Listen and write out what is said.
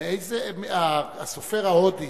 הסופר ההודי,